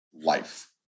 life